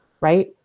Right